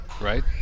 right